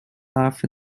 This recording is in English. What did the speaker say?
after